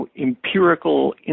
empirical